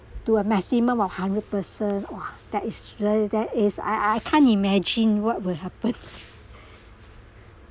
to a maximum of hundred person !wah! that is very that is I I can't imagine what will happen